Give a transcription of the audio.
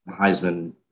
Heisman